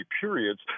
periods